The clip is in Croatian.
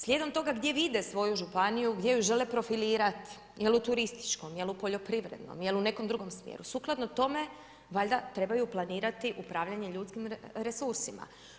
Slijedom toga gdje vide svoju županiju, gdje ju žele profilirati, jel u turističkom, jel u poljoprivrednom, jel u nekom drugom smjeru, sukladno tome valjda trebaju planirati upravljanje ljudskim resursima.